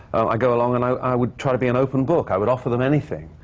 i'd go along and i i would try to be an open book. i would offer them anything.